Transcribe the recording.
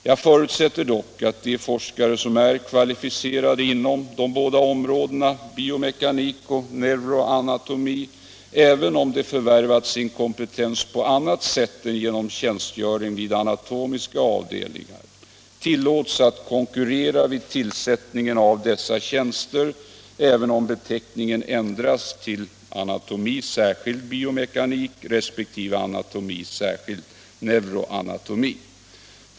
Jag förutsätter dock att de forskare som är kvalificerade inom de båda områdena biomekanik och neuroanatomi, även om de förvärvat sin kompetens på annat sätt än genom tjänstgöring vid anatomiska avdelningar, tillåts att konkurrera vid tillsättningen av dessa tjänster, trots att beteckningarna ändras till ”anatomi — särskilt biomekanik” resp. ”anatomi —- särskilt neuroanatomi”.